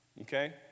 Okay